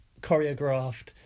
choreographed